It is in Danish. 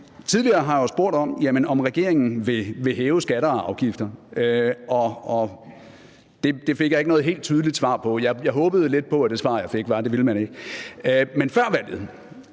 Tidligere har jeg jo spurgt, om regeringen vil hæve skatter og afgifter, og det fik jeg ikke noget helt tydeligt svar på. Jeg håbede lidt på, at det svar, jeg ville få, var, at det ville man ikke. Men før valget